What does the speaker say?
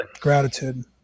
Gratitude